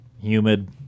humid